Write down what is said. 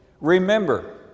remember